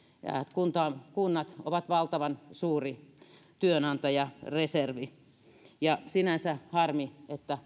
kunnat kunnat ovat valtavan suuri työnantajareservi on sinänsä harmi että